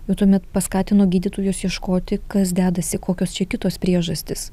jau tuomet paskatino gydytojus ieškoti kas dedasi kokios čia kitos priežastys